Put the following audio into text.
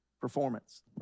performance